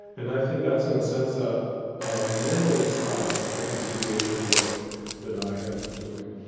and i think that's in a sense ah ah memory's side of reconciliation work that i have been doing.